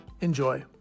Enjoy